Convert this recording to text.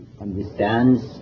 understands